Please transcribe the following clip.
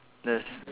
yes